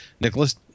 Nicholas